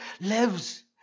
lives